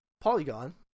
Polygon